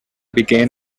began